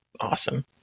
awesome